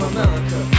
America